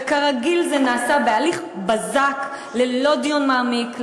וכרגיל, זה נעשה בהליך בזק, ללא דיון מעמיק.